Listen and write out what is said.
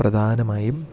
പ്രധാനമായും